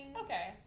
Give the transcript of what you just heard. Okay